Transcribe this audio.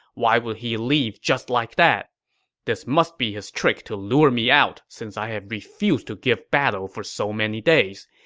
why would he leave just like? this must be his trick to lure me out since i have refused to give battle for so many days.